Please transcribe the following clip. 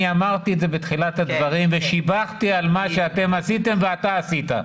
אני אמרתי את זה בתחילת הדברים ושיבחתי על מה שאתם ואתה עשית.